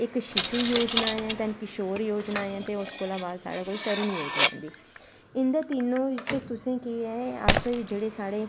इक शिशु योजना ऐ दैन्न किशोर योजना ऐ ते उस कोला बाद साढ़े कोल तरून योजना आंदी इनैं तिन्नो च केह् ऐ तुसें केह् ऐ तुस जेह्ड़े साढ़े